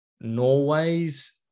Norway's